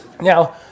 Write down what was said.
Now